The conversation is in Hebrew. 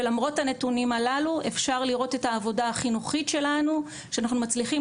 ולמרות הנתונים הללו אפשר לראות את העבודה החינוכית שלנו שאנחנו מצליחים